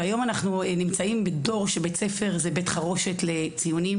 והיום אנחנו נמצאים בדור שבית ספר זה בית חרושת לציונים.